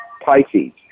Pisces